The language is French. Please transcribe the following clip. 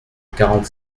quarante